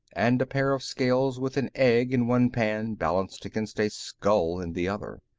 and a pair of scales with an egg in one pan balanced against a skull in the other.